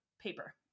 paper